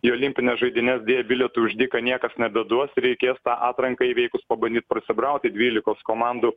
į olimpines žaidynes deja bilietų už dyką niekas nebeduos reikės tą atranką įveikus pabandyt prasibraut į dvylikos komandų